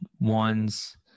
ones